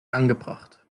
angebracht